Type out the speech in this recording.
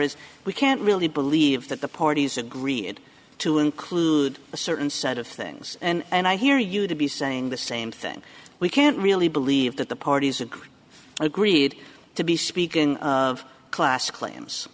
is we can't really believe that the parties agreed to include a certain set of things and i hear you to be saying the same thing we can't really believe that the parties agree agreed to be speaking of class